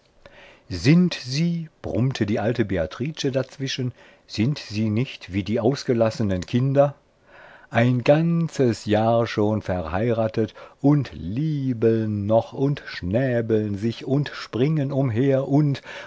sind sie brummte die alte beatrice dazwischen sind sie nicht wie die ausgelassenen kinder ein ganzes jahr schon verheiratet und liebeln noch und schnäbeln sich und springen umher und